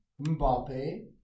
Mbappe